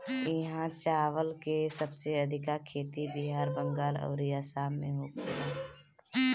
इहा चावल के सबसे अधिका खेती बिहार, बंगाल अउरी आसाम में होला